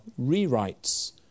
rewrites